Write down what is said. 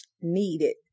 needed